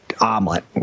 omelet